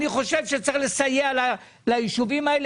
אני חושב שצריך לסייע ליישובים האלה.